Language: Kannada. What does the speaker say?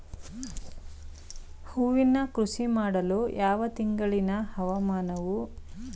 ಹೂವಿನ ಕೃಷಿ ಮಾಡಲು ಯಾವ ತಿಂಗಳಿನ ಹವಾಮಾನವು ಸೂಕ್ತವಾಗಿರುತ್ತದೆ?